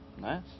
Nice